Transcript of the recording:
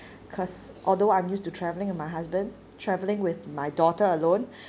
cause although I'm used to travelling with my husband travelling with my daughter alone